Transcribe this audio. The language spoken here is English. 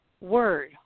word